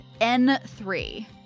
N3